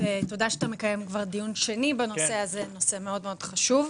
תודה שאתה מקיים כבר דיון שני בנושא הזה; זה נושא מאוד חשוב.